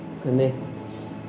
connects